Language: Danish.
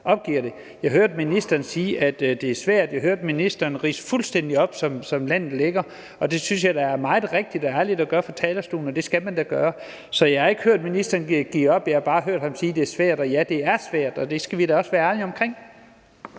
Jeg hørte ministeren sige, at det er svært. Jeg hørte ministeren ridse op, præcis hvordan landet ligger, og det synes jeg da er meget rigtigt og ærligt at gøre fra talerstolen, og det skal man da gøre. Så jeg har ikke hørt ministeren give op. Jeg har bare hørt ham sige, at det er svært. Og ja, det er svært, og det skal vi da også være ærlige omkring.